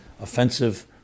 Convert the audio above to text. offensive